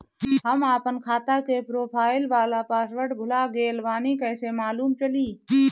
हम आपन खाता के प्रोफाइल वाला पासवर्ड भुला गेल बानी कइसे मालूम चली?